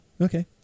Okay